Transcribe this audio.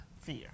Fear